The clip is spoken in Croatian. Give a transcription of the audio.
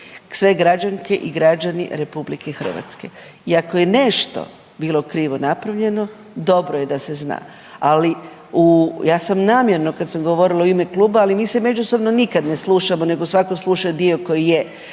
sve građanke i građani RH. I ako je nešto bilo krivo napravljeno dobro je da se zna. Ja sam namjerno kad sam govorila u ime kluba, ali mi se međusobno nikad ne slušamo nego svako sluša dio koji je,